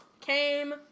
Came